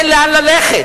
אין לאן ללכת,